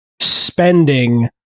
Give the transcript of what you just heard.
spending